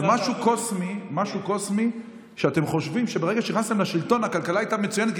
זה משהו קוסמי שאתם חושבים שברגע שנכנסתם לשלטון הכלכלה הייתה מצוינת,